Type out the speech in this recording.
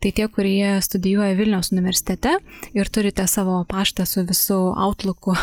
tai tie kurie studijuoja vilniaus universitete ir turite savo paštą su visu autluku